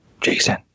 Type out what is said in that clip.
Jason